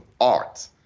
art